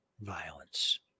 violence